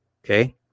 Okay